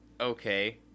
okay